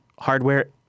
hardware